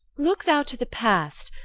look thou to the past,